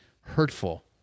hurtful